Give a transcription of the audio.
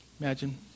Imagine